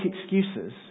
excuses